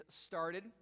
started